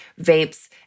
vapes